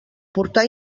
portar